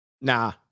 Nah